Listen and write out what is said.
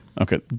Okay